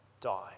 die